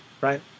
Right